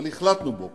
אבל החלטנו בו.